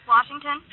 Washington